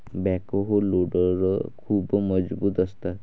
backhoe loader खूप मजबूत असतात